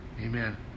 Amen